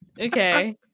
Okay